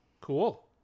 Cool